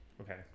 Okay